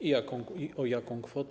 i o jaką kwotę?